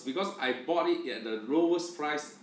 because I bought it at the lowest price